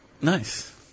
Nice